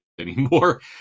anymore